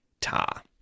ta